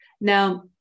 Now